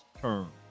term